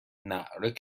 ﺷﯿﺮﺍﻥ